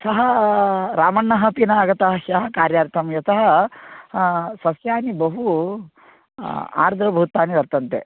सः रामण्णः अपि नागतः ह्यः कार्यार्थं यतः सस्यानि बहु आर्द्रिभूतानि वर्तन्ते